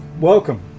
Welcome